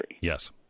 Yes